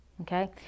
Okay